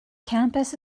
campus